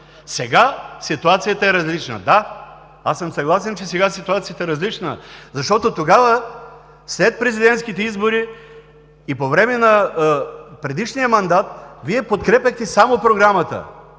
„Сега ситуацията е различна.“ Да, аз съм съгласен, че ситуацията сега е различна, защото тогава, след президентските избори и по време на предишния мандат, Вие подкрепяхте само Програмата,